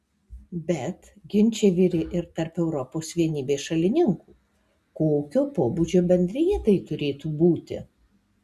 bet ginčai virė ir tarp europos vienybės šalininkų kokio pobūdžio bendrija tai turėtų būti